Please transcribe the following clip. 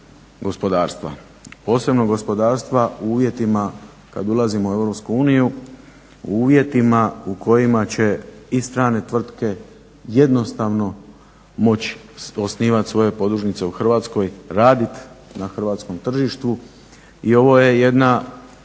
gospodarstva, posebno gospodarstva u uvjetima kad ulazimo u Europsku uniju, u uvjetima u kojima će i strane tvrtke jednostavno moći osnivat svoje podružnice u Hrvatskoj, radit na hrvatskom tržištu i ovo je jedna